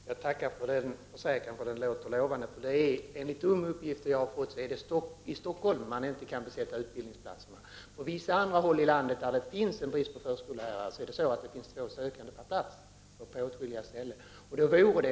Herr talman! Jag tackar för den försäkran. Det låter lovande. Enligt de uppgifter jag har fått är det i Stockholm man inte kan besätta utbildningsplatserna. På vissa andra håll i landet där det finns brist på förskollärare är det på åtskilliga ställen två sökande per plats.